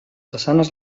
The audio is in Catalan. façanes